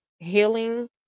healing